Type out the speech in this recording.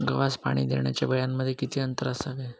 गव्हास पाणी देण्याच्या वेळांमध्ये किती अंतर असावे?